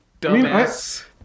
dumbass